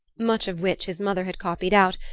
much of which his mother had copied out,